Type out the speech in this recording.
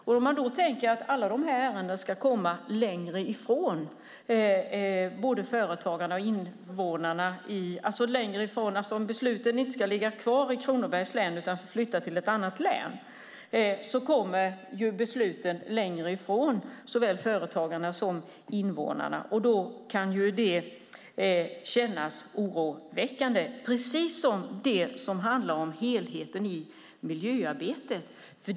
Om beslutsfattandet inte ska ligga kvar i Kronobergs län utan flytta till ett annat län kommer besluten längre från såväl företagarna som invånarna. Det kan kännas oroväckande, precis som det som handlar om helheten i miljöarbetet.